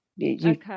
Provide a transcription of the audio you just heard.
Okay